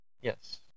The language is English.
Yes